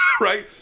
right